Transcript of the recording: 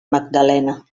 magdalena